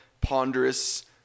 ponderous